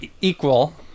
equal